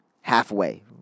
halfway